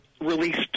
released